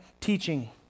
teaching